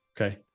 Okay